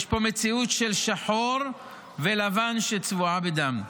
יש פה מציאות של שחור ולבן שצבועה בדם.